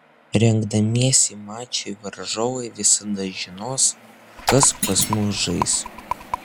rengdamiesi mačui varžovai visada žinos kas pas mus žais